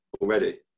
already